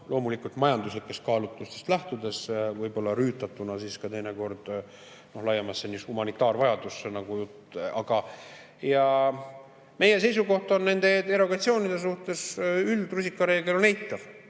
loomulikult majanduslikest kaalutlustest lähtudes, võib‑olla rüütatuna ka teinekord laiemasse humanitaarvajadusse. Aga meie seisukoht on nende derogatsioonide suhtes see, et rusikareegel on eitav.